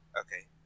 Okay